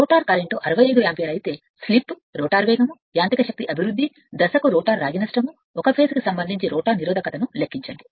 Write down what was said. rotor current 65 ampere అయితే slip rotor వేగం యాంత్రిక శక్తి అభివృద్ధి దశకు రోటర్ రాగి నష్టం దశకు రోటర్ నిరోధకత లెక్కించండి